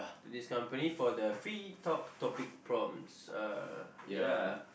this company for the free talk topic prompts uh ya